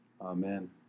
Amen